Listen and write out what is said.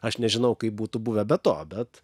aš nežinau kaip būtų buvę be to bet